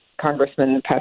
Congressman